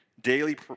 daily